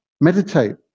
Meditate